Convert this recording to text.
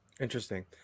Interesting